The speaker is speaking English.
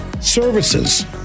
services